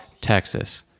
Texas